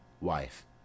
Wife